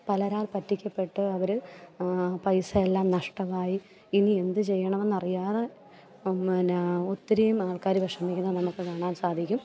പലരാൽ പറ്റിക്കപ്പെട്ട് അവര് പൈസയെല്ലാം നഷ്ടമായി ഇനി എന്ത് ചെയ്യണമെന്ന് അറിയാതെ പിന്നെ ഒത്തിരിയും ആൾക്കാര് വിഷമിക്കുന്നത് നമുക്കു കാണാൻ സാധിക്കും